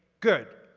good.